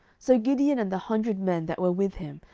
so gideon, and the hundred men that were with him,